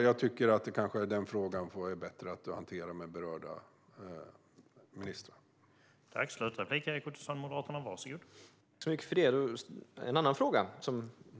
Jag tycker dock kanske att det är bättre att den frågan hanteras med berörda ministrar.